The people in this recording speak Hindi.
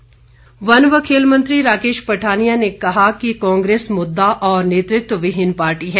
राकेश पठानिया वन व खेल मंत्री राकेश पठानिया ने कहा कि कांग्रेस मुद्दा और नेतृत्व विहिन पार्टी है